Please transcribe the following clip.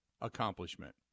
accomplishment